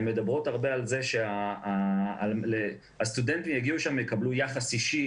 הן מדברות הרבה על כך שהסטודנטים יגיעו לשם ויקבלו יחס אישי,